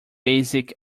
basic